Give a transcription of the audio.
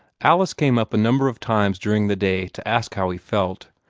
alice came up a number of times during the day to ask how he felt,